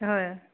হয়